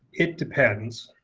it depends.